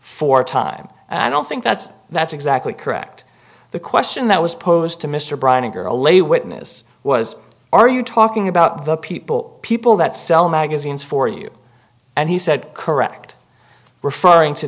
a time and i don't think that's that's exactly correct the question that was posed to mr bryan a girl a witness was are you talking about the people people that sell magazines for you and he said correct referring to